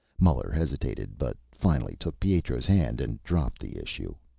muller hesitated, but finally took pietro's hand, and dropped the issue.